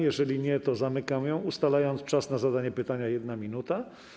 Jeżeli nie, to zamykam ją, ustalając czas na zadanie pytania na 1 minutę.